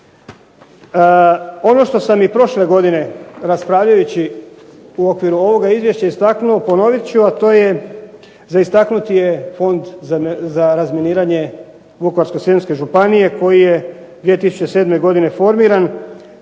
Ono što sam i prošle godine raspravljajući u okviru ovog izvješća istaknuo ponovit ću, a to je za istaknuti je Fond za razminiranje Vukovarsko-srijemske županije koji je 2007. godine formiran